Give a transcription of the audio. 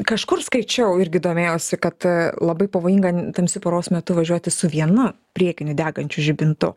kažkur skaičiau irgi domėjausi kad labai pavojinga tamsiu paros metu važiuoti su vienu priekiniu degančiu žibintu